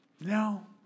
no